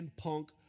Punk